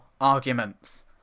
arguments